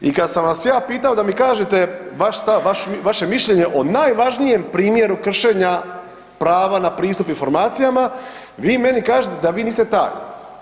I kad sam vas ja pitao da mi kažete vaš stav, vaše mišljenje o najvažnijem primjeru kršenja prava na pristup informacijama, vi meni kažete da vi niste taj.